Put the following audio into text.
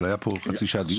אבל היה פה חצי שעה דיון,